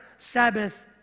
sabbath